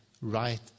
right